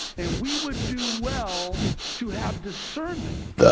and we would do well to have discernment,